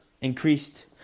increased